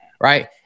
right